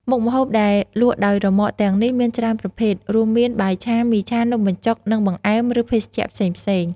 មុខម្ហូបដែលលក់ដោយរ៉ឺម៉កទាំងនេះមានច្រើនប្រភេទ រួមមាន បាយឆា មីឆា នំបញ្ចុក និងបង្អែម ឬភេសជ្ជៈផ្សេងៗ។